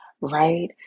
right